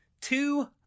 Two